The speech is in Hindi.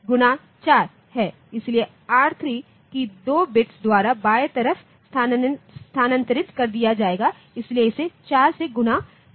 इसलिए R3 को 2 बिट्स द्वारा बाएं तरफ स्थानांतरित कर दिया जाएगा इसलिए इसे 4 से गुणा किया जाएगा